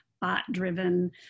bot-driven